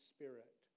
Spirit